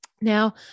now